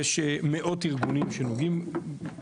כי יש מאות של ארגונים שנוגעים בעניין,